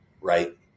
right